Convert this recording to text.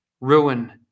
ruin